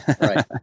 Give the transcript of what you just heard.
right